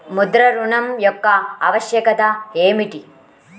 ముద్ర ఋణం యొక్క ఆవశ్యకత ఏమిటీ?